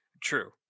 true